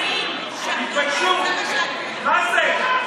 תתביישו, מה זה?